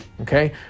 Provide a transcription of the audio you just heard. okay